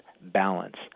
balance